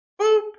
Boop